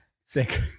sick